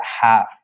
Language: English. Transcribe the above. half